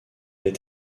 est